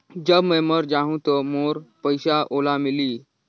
जब मै मर जाहूं तो मोर पइसा ओला मिली?